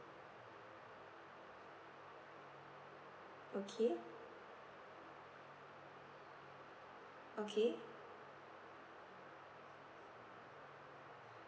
okay okay